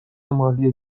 مالی